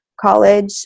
college